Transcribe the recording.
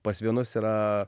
pas vienus yra